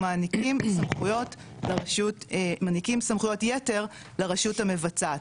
ומעניקים סמכויות יתר לרשות המבצעת.